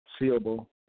seeable